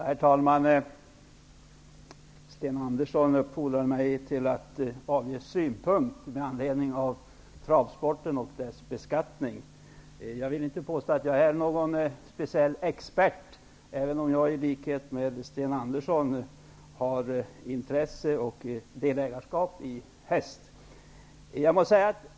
Herr talman! Sten Andersson i Malmö uppfordrade mig att avge synpunkter med anledning av travsporten och dess beskattning. Jag vill inte påstå att jag är någon speciell expert, även om jag i likhet med Sten Andersson har ett intresse och är delägare i en häst.